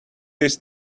this